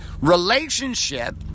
relationship